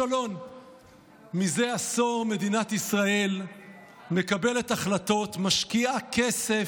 מזה עשור מדינת ישראל מקבלת החלטות, משקיעה כסף,